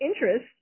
interest